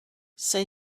say